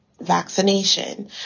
Vaccination